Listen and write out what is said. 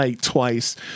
twice